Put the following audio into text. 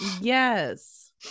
yes